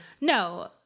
No